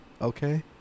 okay